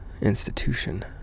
institution